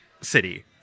city